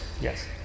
Yes